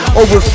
over